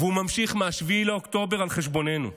והוא נמשך מ-7 באוקטובר על חשבוננו.